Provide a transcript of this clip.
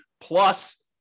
plus